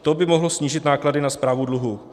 To by mohlo snížit náklady na správu dluhů.